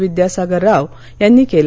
विद्यासागर राव यांनी केलं